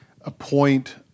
appoint